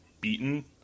beaten